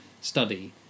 study